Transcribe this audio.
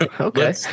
Okay